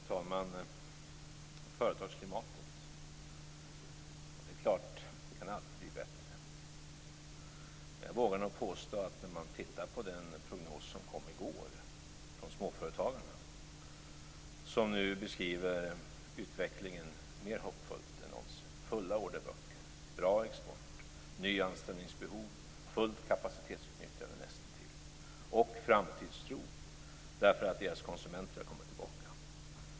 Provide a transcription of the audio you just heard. Herr talman! Det är klart att företagsklimatet alltid kan blir bättre. Det kom en prognos från småföretagarna i går. De beskriver nu utvecklingen mer hoppfullt än någonsin. De har fulla orderböcker, bra export, nyanställningsbehov, nästintill fullt kapacitetsutnyttjande och en framtidstro därför att deras konsumenter har kommit tillbaka.